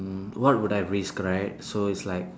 what would I risk right so it's like